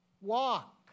walk